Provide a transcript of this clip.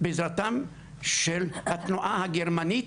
בעזרתם של התנועה הגרמנית